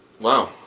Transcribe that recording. Wow